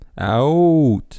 out